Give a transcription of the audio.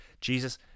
Jesus